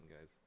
guys